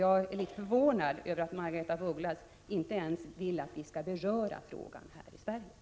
Jag är litet förvånad över att Margaretha af Ugglas inte vill att vi i Sverige ens skall beröra denna fråga.